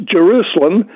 Jerusalem